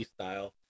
style